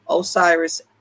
Osiris